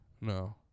No